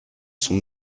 sont